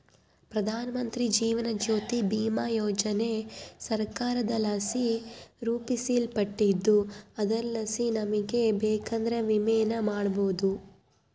ಪ್ರಧಾನಮಂತ್ರಿ ಜೀವನ ಜ್ಯೋತಿ ಭೀಮಾ ಯೋಜನೆ ಸರ್ಕಾರದಲಾಸಿ ರೂಪಿಸಲ್ಪಟ್ಟಿದ್ದು ಅದರಲಾಸಿ ನಮಿಗೆ ಬೇಕಂದ್ರ ವಿಮೆನ ಮಾಡಬೋದು